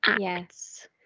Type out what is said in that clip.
Yes